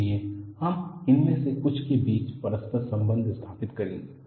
इसलिए हम इनमें से कुछ के बीच परस्पर संबंध स्थापित करेंगे